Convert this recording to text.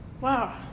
Wow